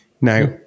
Now